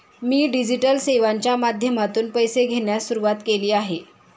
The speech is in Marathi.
मी डिजिटल सेवांच्या माध्यमातून पैसे घेण्यास सुरुवात केली आहे